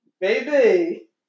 Baby